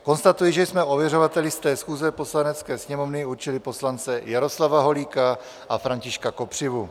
Konstatuji, že jsme ověřovateli 100. schůze Poslanecké sněmovny určili poslance Jaroslava Holíka a Františka Kopřivu.